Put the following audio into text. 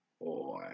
Boy